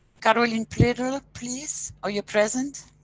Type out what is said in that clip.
caroline priller, please. are you present?